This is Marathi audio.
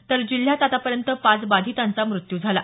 तर जिल्ह्यात आतापर्यंत पाच बाधितांचा मृत्यू झाला